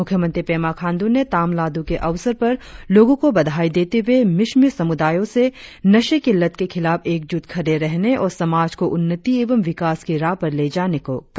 मुख्यमंत्री पेमा खांडू ने तामलाडू के अवसर पर लोगों को बधाई देते हुए मिश्मी समुदाय से नशे की लत के खिलाफ एक जूट खड़े रहने और समाज को उन्नति एवं विकास की राह पर ले जाने को कहा